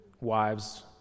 wives